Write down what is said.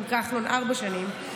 הייתי עם כחלון ארבע שנים,